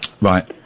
Right